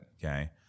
okay